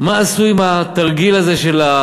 מה עשו עם התרגיל הזה של,